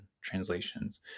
Translations